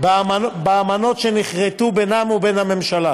באמנות שנכרתו בינם ובין הממשלה.